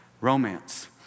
romance